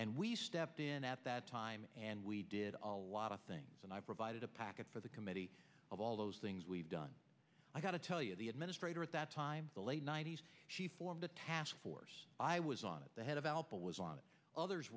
and we stepped in at that time and we did a lot of things and i provided a packet for the committee of all those things we've done i've got to tell you the administrator at that time the late ninety's she formed a task force i was on at the head of alba was on it others